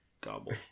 Gobble